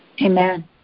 Amen